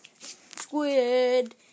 squid